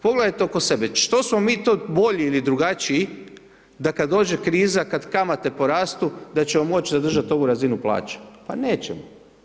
Pogledajte oko sebe, što smo mi to bolji ili drugačiji da kad dođe kriza, kad kamate porastu da ćemo moć zadržati ovu razinu plaće, pa nećemo.